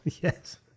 Yes